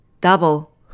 double